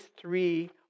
three